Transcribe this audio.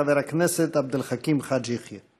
חבר הכנסת עבד אל חכים חאג' יחיא.